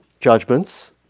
judgments